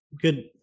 good